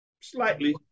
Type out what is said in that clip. slightly